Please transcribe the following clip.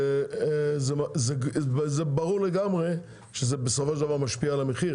שזה ברור לגמרי שבסופו של דבר זה משפיע על המחיר,